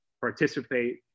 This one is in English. participate